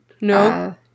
no